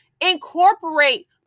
incorporate